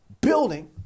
building